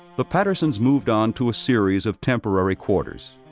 the pattersons moved on to a series of temporary quarters.